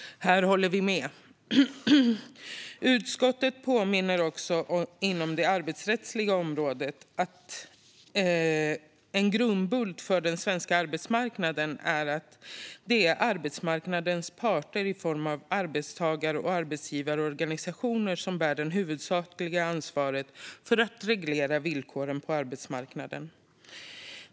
Här håller vi med. Utskottet påminner inom det arbetsrättsliga området om att en grundbult för den svenska arbetsmarknaden är att det är arbetsmarknadens parter, i form av arbetstagar och arbetsgivarorganisationer, som bär det huvudsakliga ansvaret för att reglera villkoren på arbetsmarknaden.